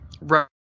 right